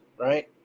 Right